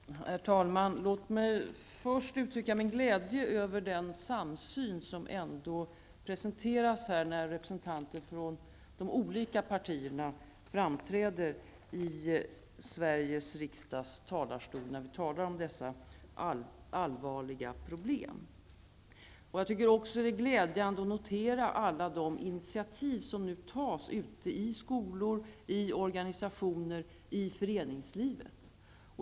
Herr talman! Låt mig först uttrycka glädje över den samsyn som ändå visas beträffande dessa allvarliga problem när representanter för de olika partierna uppträder i Sveriges riksdags talarstol. Jag tycker också att det är glädjande att notera alla de initiativ som nu tas ute i skolor och organisationer och i föreningslivet.